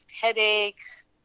headaches